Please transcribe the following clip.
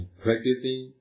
practicing